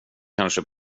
kanske